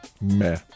meh